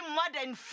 modern